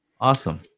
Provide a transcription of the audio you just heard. Awesome